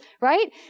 right